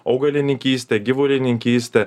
augalininkystė gyvulininkystė